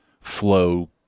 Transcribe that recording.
flow